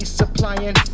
supplying